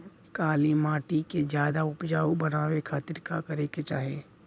काली माटी के ज्यादा उपजाऊ बनावे खातिर का करे के चाही?